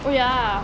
oh ya